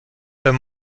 wenn